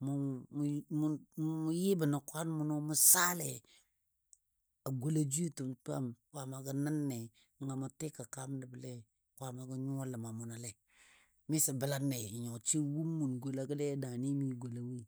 mʊ yɨbɔ nə kwan mʊnɔ mʊ saalei, a gola jwiyetəm twam Kwaamagɔ nən ne nəngɔ mʊ tika kaam nəble, Kwaamago nyuwa ləma mʊnɔle. Miso bəlanle nyo sai wʊm mʊn golagɔle a daani mi gola woi.